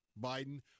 Biden